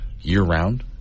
year-round